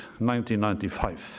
1995